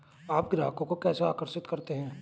आप ग्राहकों को कैसे आकर्षित करते हैं?